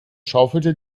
schaufelte